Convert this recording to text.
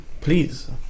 please